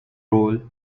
role